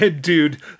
Dude